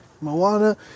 Moana